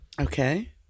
Okay